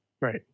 right